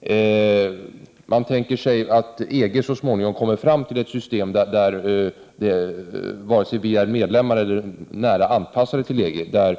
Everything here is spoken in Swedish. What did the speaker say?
Moderaterna tänker sig att EG så småningom kommer fram till ett system som innebär att aktieägandet är fritt i hela dess område och där Sverige, vare sig Sverige är medlem eller nära anpassat till EG, kan